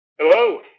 Hello